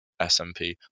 SMP